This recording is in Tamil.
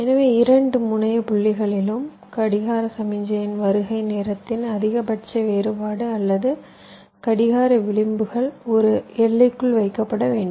எனவே 2 முனைய புள்ளிகளிலும் கடிகார சமிக்ஞையின் வருகை நேரத்தின் அதிகபட்ச வேறுபாடு அல்லது கடிகார விளிம்புகள் ஒரு எல்லைக்குள் வைக்கப்பட வேண்டும்